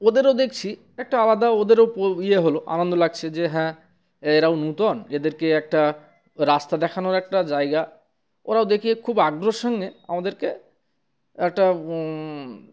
ওদেরও দেখছি একটা আলাদা ওদেরও ইয়ে হলো আনন্দ লাগছে যে হ্যাঁ এরাও নূতন এদেরকে একটা রাস্তা দেখানোর একটা জায়গা ওরাও দেখিয়ে খুব আগ্রহের সঙ্গে আমাদেরকে একটা